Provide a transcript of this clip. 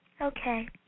Okay